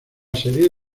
serie